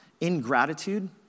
ingratitude